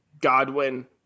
Godwin